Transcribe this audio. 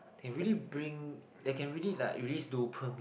they really bring that can really like release dopamine